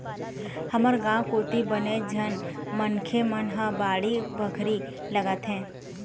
हमर गाँव कोती बनेच झन मनखे मन ह बाड़ी बखरी लगाथे